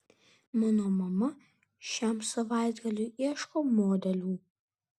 mano mama šiam savaitgaliui ieško modelių